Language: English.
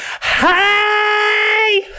hi